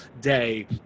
day